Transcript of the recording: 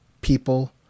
people